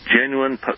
genuine